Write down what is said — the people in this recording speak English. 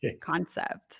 concept